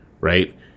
Right